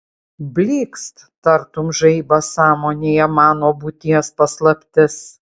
blykst tartum žaibas sąmonėje mano būties paslaptis